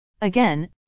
Again